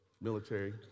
military